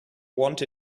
want